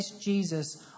Jesus